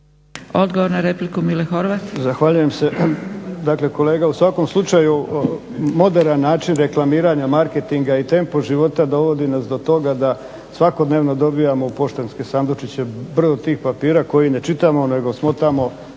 Odgovor na repliku Mile Horvat.